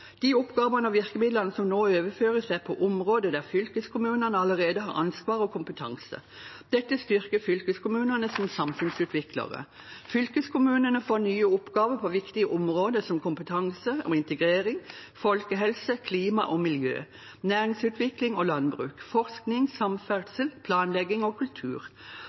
De oppgavene og virkemidlene som nå overføres, er på områder der fylkeskommunene allerede har ansvar og kompetanse. Dette styrker fylkeskommunene som samfunnsutviklere. Fylkeskommunene får nye oppgaver på viktige områder som kompetanse og integrering, folkehelse, klima og miljø, næringsutvikling og landbruk, forskning, samferdsel, planlegging og kultur.